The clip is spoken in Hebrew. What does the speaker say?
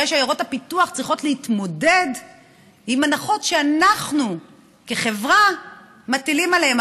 הרי שעיירות הפיתוח צריכות להתמודד עם הנחות שאנחנו כחברה מטילים עליהן.